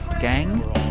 gang